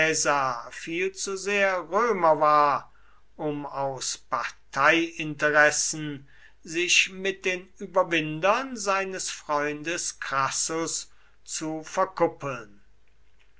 viel zu sehr römer war um aus parteiinteressen sich mit den überwindern seines freundes crassus zu verkuppeln